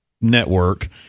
network